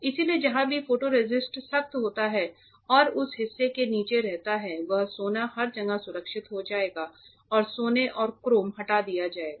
इसलिए जहां भी फोटोरेसिस्ट सख्त होता है और उस हिस्से के नीचे रहता है वहां सोना हर जगह सुरक्षित हो जाएगा और सोना और क्रोम हटा दिया जाएगा